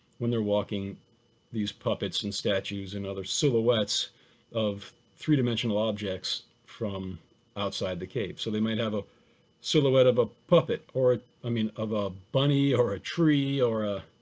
when they're walking these puppets and statues and other silhouettes of three dimensional objects from outside the cave. so they might have a silhouette of a puppet or i mean a bunny or a tree or,